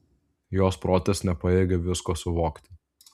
jos protas nepajėgė visko suvokti